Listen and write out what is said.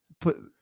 put